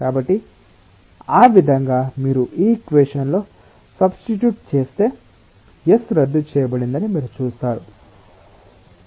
కాబట్టి ఆ విధంగా మీరు ఈ ఈక్వేషన్ లో సబ్స్టిట్యూట్ చేస్తే S రద్దు చేయబడిందని మీరు చూస్తారు